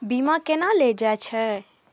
बीमा केना ले जाए छे?